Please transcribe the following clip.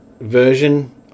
version